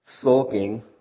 sulking